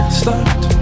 start